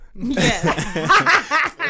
Yes